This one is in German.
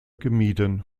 gemieden